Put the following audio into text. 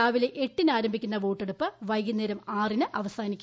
രാവിലെ എട്ടിന് ആരംഭിക്കുന്ന വോട്ടെടുപ്പ് വൈകുന്നേരം ആറിന് അവസാനിക്കും